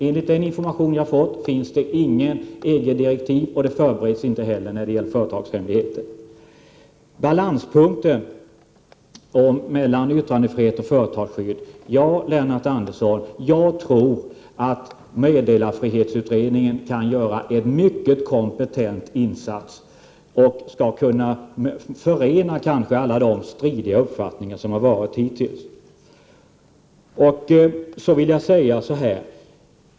Enligt den information jag har fått finns det inga EG-direktiv när det gäller företagshemligheter, och de förbereds inte heller. Balanspunkten mellan yttrandefrihet och företagsskydd — jag tror, Lennart Andersson, att meddelarfrihetsutredningen kan göra en mycket kompetent insats och kanske skall kunna förena alla de stridiga uppfattningar som har rått hittills.